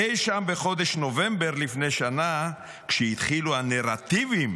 אי שם בחודש נובמבר לפני שנה, כשהתחילו הנרטיבים